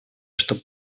что